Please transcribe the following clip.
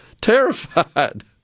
terrified